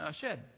shed